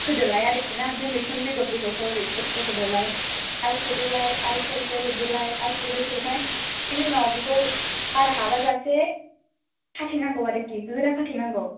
होदोलाय आरोखिना बे मैखुन बेगर बेगरखौ ओरै सेर सेर होदोलाय आरो सोदोलाय आरो सेर सेर होदोलाय आरो सोदोलाय सोदोलाय बेनि उनाव बेखौ बार हाबाजासे खाथेनांगौ आरोखि गोरा खाथेनांगौ